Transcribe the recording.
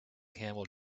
camel